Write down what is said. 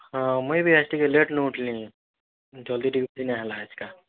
ହଁ ମୁଇଁ ବି ଆଜି ଟିକେ ଲେଟ୍ନୁ ଉଠ୍ଲି ଜଲ୍ଦି ଟିକେ ବି ନାଇଁ ହେଲା ଆଜ୍କା